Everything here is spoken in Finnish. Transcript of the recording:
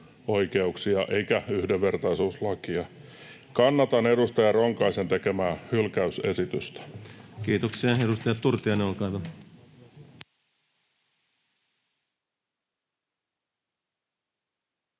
perusoikeuksia eikä yhdenvertaisuuslakia. Kannatan edustaja Ronkaisen tekemää hylkäysesitystä. Kiitoksia. — Edustaja Turtiainen, olkaa hyvä.